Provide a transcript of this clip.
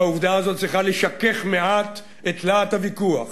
והעובדה הזאת צריכה לשכך מעט את להט הוויכוח.